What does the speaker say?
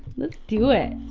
let's do it.